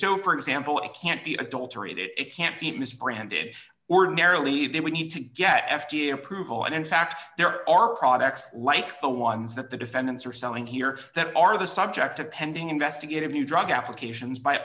so for example it can't be adulterated it can't be branded ordinarily that we need to get f d a approval and in fact there are products like the ones that the defendants are selling here that are the subject of pending investigative new drug applications by